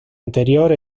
anterior